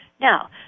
Now